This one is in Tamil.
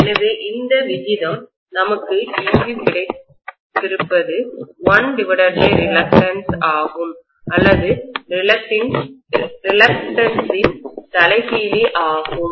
எனவே இந்த விகிதம் நமக்கு இங்கு கிடைத்திருப்பது 1reluctance ஆகும் அல்லது ரிலக்டன்ஸ்இன் தலைகீழி ஆகும்